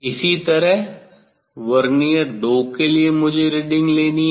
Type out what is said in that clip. इसी तरह वर्नियर 2 के लिए मुझे रीडिंग लेनी है